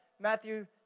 Matthew